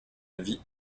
avis